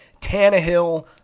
Tannehill